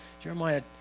Jeremiah